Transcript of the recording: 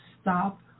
stop